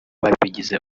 babigize